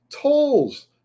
tolls